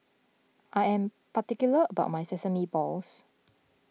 I am particular about my Sesame Balls